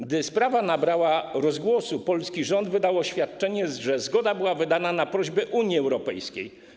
Gdy sprawa nabrała rozgłosu, polski rząd wydał oświadczenie, że zgoda była wydana na prośbę Unii Europejskiej.